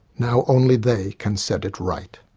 now only they can set it right.